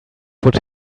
would